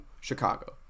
Chicago